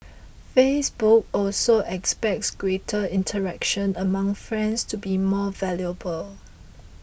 Facebook also expects greater interaction among friends to be more valuable